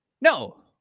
No